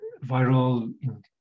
viral